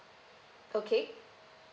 okay